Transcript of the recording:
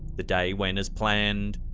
the day went as planned.